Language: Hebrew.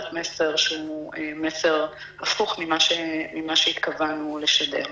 מסר שהוא מסר הפוך ממה שהתכוונו לשדר.